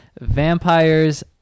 Vampires